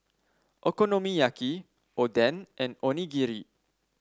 Okonomiyaki Oden and Onigiri